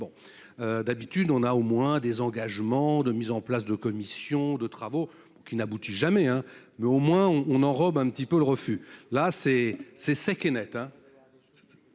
bon, d'habitude on a au moins désengagement de mise en place de commissions de travaux qui n'aboutit jamais, hein, mais au moins on on enrobe un petit peu le refus là c'est c'est